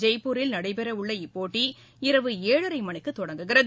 ஜெய்ப்பூரில் நடைபெறவுள்ள இப்போட்டி இரவு ஏழரை மணிக்கு தொடங்குகிறது